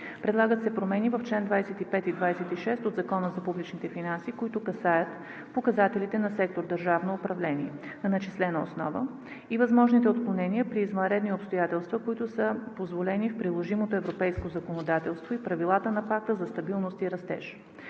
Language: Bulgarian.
Предлагат се промени в чл. 25 и 26 от Закона за публичните финанси, които касаят показателите на сектор „Държавно управление“ – на начислена основа, и възможните отклонения при извънредни обстоятелства, които са позволени в приложимото европейско законодателство и правилата на Пакта за стабилност и растеж.